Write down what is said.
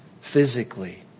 physically